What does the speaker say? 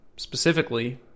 Specifically